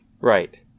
Right